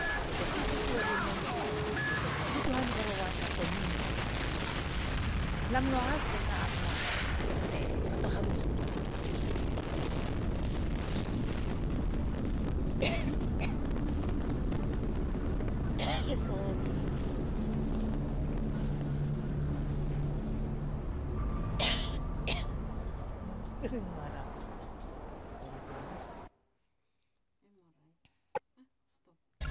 Bate kukuterumen batena butu haniga rowa tara community. Lam nuahas te kamema mar kato te kato harusuna.